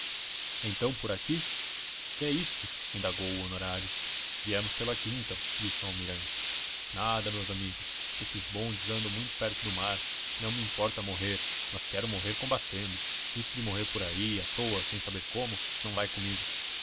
então por aqui que é isto indagou o honorário viemos pela quinta disse o almirante nada meus amigos esses bondes andam muito perto do mar não me importa morrer mas quero morrer combatendo isso de morrer por aí à toa sem saber como não vai comigo